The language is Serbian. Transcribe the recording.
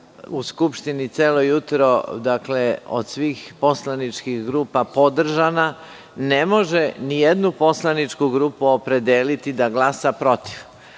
u Skupštini celo jutro od svih poslaničkih grupa podržana, ne može ni jednu poslaničku grupu opredeliti da glasa protiv,